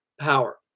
power